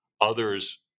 Others